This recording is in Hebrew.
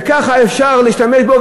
וכך אפשר להשתמש בו,